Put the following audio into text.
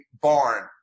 barn